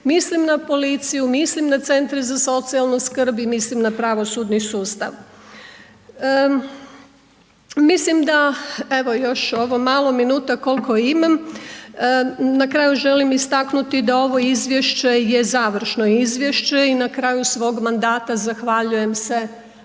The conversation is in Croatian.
Mislim na policiju, mislim na centre za socijalnu skrb i mislim na pravosudni sustav. Mislim da evo još ovo malo minuta koliko imam na kraju želim istaknuti da ovo izvješće je završno izvješće i na kraju svog mandata zahvaljujem se